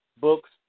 books